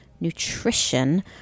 nutrition